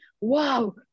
wow